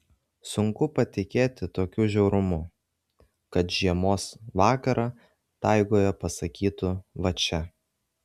sunku patikėti tokiu žiaurumu kad žiemos vakarą taigoje pasakytų va čia